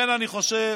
אני חושב